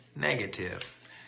negative